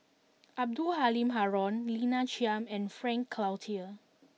Abdul Halim Haron Lina Chiam and Frank Cloutier